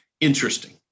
interesting